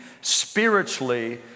spiritually